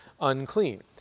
unclean